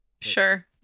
Sure